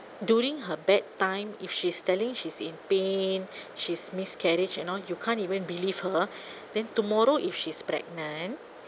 during her bad time if she's telling she's in pain she's miscarriage and all you can't even believe her then tomorrow if she's pregnant